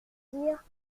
dire